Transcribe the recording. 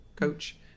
coach